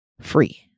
free